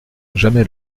jamais